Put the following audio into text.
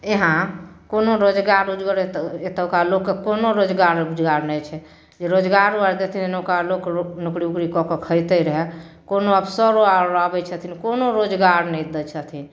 इहाँ कोनो रोजगार ओजगार एतौ एतुका लोकके कोनो रोजगार ओजगार नहि छै जे रोजगारो आओर देथिन ओकरा लोक नौकरी ओकरी कऽ कऽ खेतै रहै कोनो अफसरो आओर आबै छथिन कोनो रोजगार नहि दै छथिन